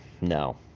no